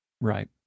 right